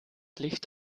licht